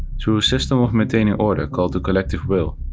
through a system of maintaining order called the collective will,